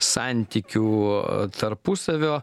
santykių tarpusavio